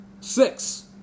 six